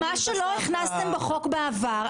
מה שלא הכנסתם לחוק בעבר,